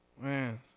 man